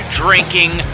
drinking